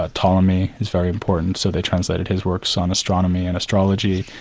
ah ptolemy, he's very important, so they translated his works on astronomy and astrology,